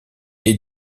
est